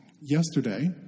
yesterday